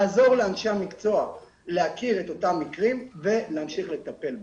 לעזור לאנשי המקצוע להכיר את אותם מקרים ולהמשיך לטפל בהם.